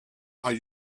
are